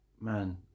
man